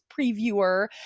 previewer